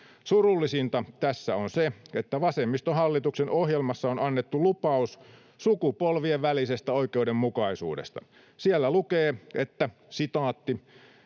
Surullisinta tässä on se, että vasemmistohallituksen ohjelmassa on annettu lupaus sukupolvien välisestä oikeudenmukaisuudesta. Siellä lukee: "Emme halua